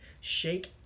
shake